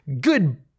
Good